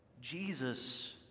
Jesus